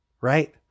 right